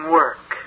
work